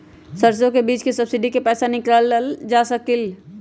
सरसों बीज के सब्सिडी के पैसा कईसे निकाल सकीले?